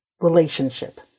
relationship